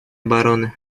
обороны